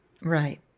Right